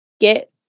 get